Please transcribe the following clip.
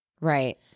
right